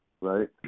right